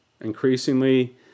increasingly